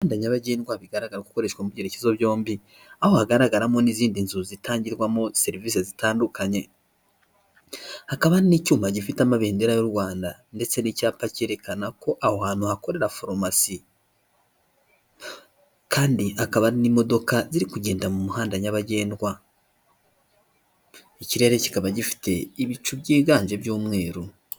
Umuhanda nyabagendwa bigaragara ko ukoreshwa mu byerekezo byombi. Aho hagaragaramo n'izindi nzu zitangirwamo serivisi zitandukanye. Hakaba hari n'icyuma gifite amabendera y'u Rwanda ndetse n'icyapa cyerekana ko aho hantu hakorera farumasi. Kandi hakaba hari n'imodoka zirikugenda mu muhanda nyabagendwa. Ikirere kikaba gifite ibicu byiganje by'umweru.